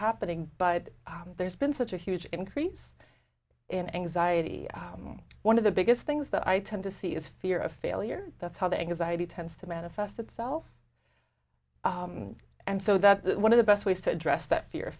happening but there's been such a huge increase in anxiety one of the biggest things that i tend to see is fear of failure that's how the anxiety tends to manifest itself and so that's one of the best ways to address that fear of